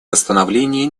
восстановлении